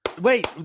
Wait